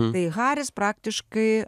tai haris praktiškai